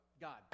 God